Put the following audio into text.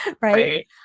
Right